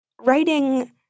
Writing